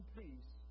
peace